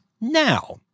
now